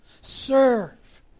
Serve